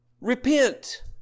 repent